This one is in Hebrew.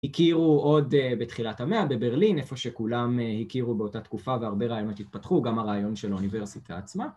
הכירו עוד בתחילת המאה בברלין, איפה שכולם הכירו באותה תקופה והרבה רעיונות התפתחו, גם הרעיון של האוניברסיטה עצמה